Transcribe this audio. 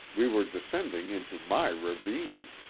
we were descending into my ravine!